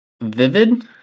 Vivid